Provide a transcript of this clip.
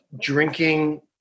drinking